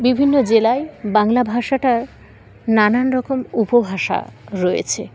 বিভিন্ন জেলায় বাংলা ভাষাটার নানান রকম উপভাষা রয়েছে